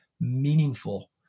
meaningful